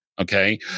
Okay